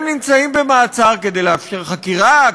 הם נמצאים במעצר כדי לאפשר חקירה,